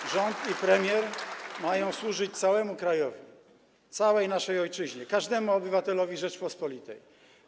Bo rząd i premier mają służyć całemu krajowi, całej naszej ojczyźnie, każdemu obywatelowi Rzeczypospolitej.